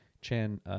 Chan